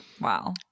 Wow